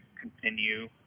continue